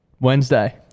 Wednesday